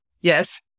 Yes